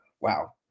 Wow